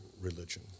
religion